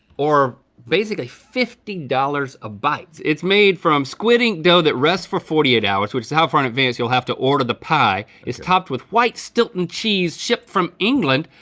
or basically fifty dollars a bite. it's made from squid ink dough that rests for forty eight hours, which is how far in advance you'll have to order the pie. it's topped with white stilton cheese chipped from england,